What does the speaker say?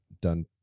done